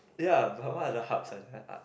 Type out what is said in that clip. ya but what other hubs are there